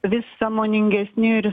vis sąmoningesni ir